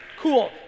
Cool